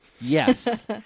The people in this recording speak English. Yes